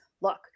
look